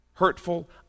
Hurtful